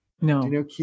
No